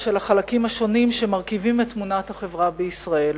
של החלקים השונים שמרכיבים את תמונת החברה בישראל.